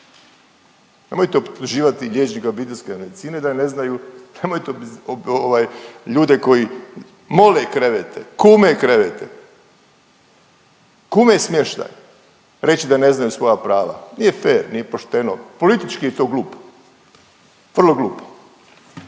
Nemojte optuživati liječnika obiteljske medicine da ne znaju, nemojte ljude koji mole krevete, kume krevete, kume smještaj reći da ne znaju svoja prava. Nije fer, nije pošteno, politički je to glupo, vrlo glupo.